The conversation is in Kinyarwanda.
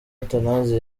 athanase